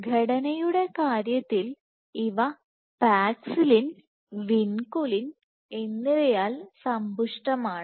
ഘടനയുടെ കാര്യത്തിൽ ഇവ പാക്സിലിൻ വിൻകുലിൻ എന്നിവയാൽ സമ്പുഷ്ടമാണ്